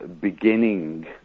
beginning